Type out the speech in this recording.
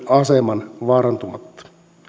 aseman vaarantumatta